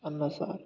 ಅನ್ನ ಸಾರು